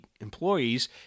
employees